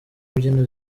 mbyino